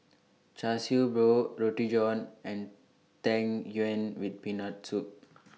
Char Siew Bao Roti John and Tang Yuen with Peanut Soup